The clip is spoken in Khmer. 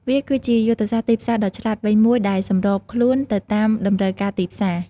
វាគឺជាយុទ្ធសាស្ត្រទីផ្សារដ៏ឆ្លាតវៃមួយដែលសម្របខ្លួនទៅតាមតម្រូវការទីផ្សារ។